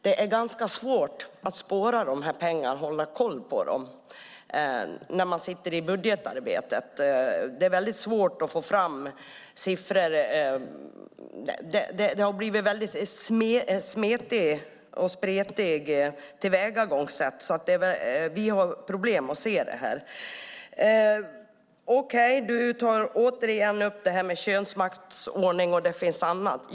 Det är ganska svårt att spåra de här pengarna och hålla koll på dem när man håller på med budgetarbetet. Det är väldigt svårt att få fram siffror. Det har blivit ett smetigt och spretigt tillvägagångssätt. Vi har problem att se detta. Nyamko Sabuni tar återigen upp könsmaktsordningen och säger att det finns annat.